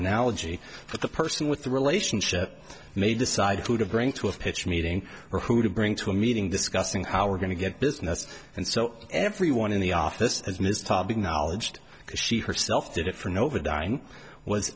analogy but the person with the relationship may decide who to bring to a pitch meeting or who to bring to a meeting discussing how we're going to get business and so everyone in the office as ms topping knowledged she herself did it for nova dine was